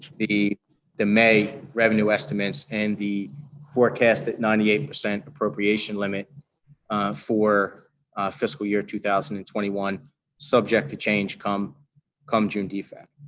the the may revenue estimates and the forecasted ninety eight percent appropriation limit for fiscal year two thousand and twenty one subject to change come come june defac.